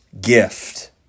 gift